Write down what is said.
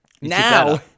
Now